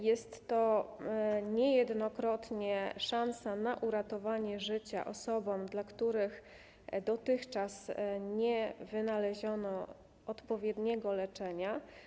Jest to niejednokrotnie szansa na uratowanie życia osobom, dla których dotychczas nie wynaleziono odpowiedniego leczenia.